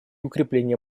укрепление